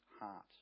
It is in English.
heart